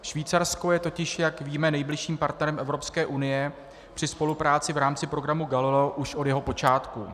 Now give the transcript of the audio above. Švýcarsko je totiž, víme, nejbližším partnerem Evropské unie při spolupráci v rámci programu Galileo už od jeho počátku.